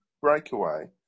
breakaway